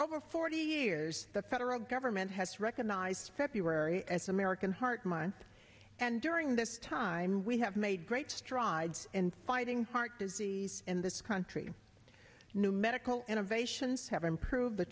over forty years the federal government has recognized february as american heart month and during this time we have made great strides in fighting heart disease in this country new medical innovations have improved the